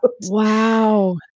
wow